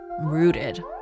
rooted